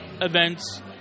events